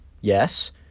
Yes